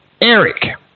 Eric